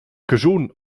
caschun